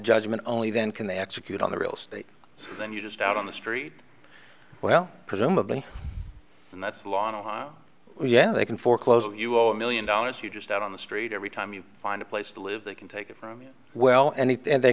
judgment only then can they execute on the real estate then you just out on the street well presumably and that's the law in ohio yeah they can foreclose you owe a million dollars you just out on the street every time you find a place to live they can take it well anything